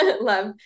love